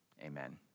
Amen